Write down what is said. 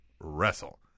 wrestle